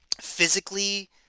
physically